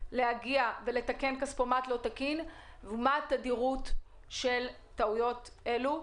להגיע ולתקן כספומט לא תקין ומה התדירות של תקלות אלו.